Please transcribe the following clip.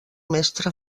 mestre